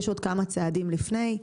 יש עוד כמה צעדים לפני.